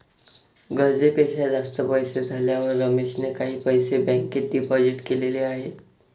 गरजेपेक्षा जास्त पैसे झाल्यावर रमेशने काही पैसे बँकेत डिपोजित केलेले आहेत